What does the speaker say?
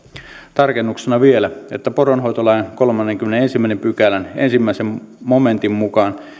tarkennuksena vielä että poronhoitolain kolmannenkymmenennenensimmäisen pykälän ensimmäisen momentin mukaan